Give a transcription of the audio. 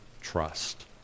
trust